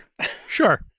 sure